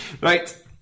Right